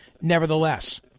nevertheless